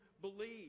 believe